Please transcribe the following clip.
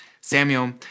Samuel